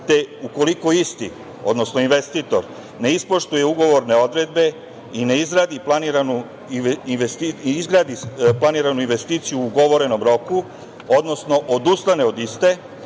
te ukoliko isti, odnosno investitor ne ispoštuje ugovorne odredbe i ne izgradi planiranu investiciju u ugovorenom roku, odnosno odustane od iste,